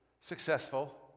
successful